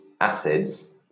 acids